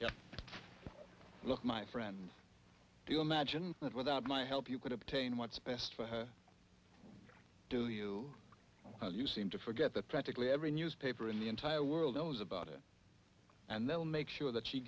look my friend do you imagine that without my help you could obtain what's best for her to you you seem to forget that practically every newspaper in the entire world knows about it and they'll make sure that she